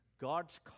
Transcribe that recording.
God's